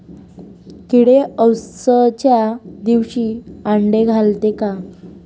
किडे अवसच्या दिवशी आंडे घालते का?